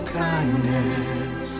kindness